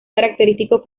característico